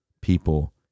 people